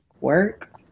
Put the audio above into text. Work